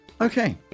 okay